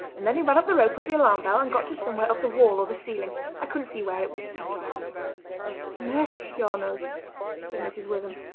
and then he ran up the rope of the alarm bell and got to somewhere up the wall or the ceiling i couldn't see where, it was so dark mercy on us said mrs. witham,